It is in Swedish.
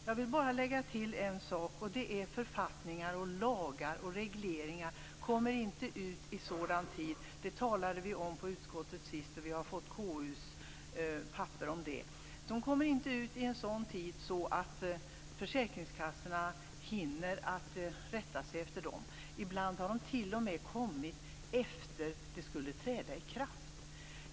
Jag vill bara lägga till en sak som vi talade om i utskottet senast och som vi har fått KU:s papper om. Det är att författningar, lagar och regleringar inte kommer ut i sådan tid att försäkringskassorna hinner rätta sig efter dem. Ibland har de t.o.m. kommit efter det att de skulle träda i kraft.